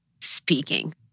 speaking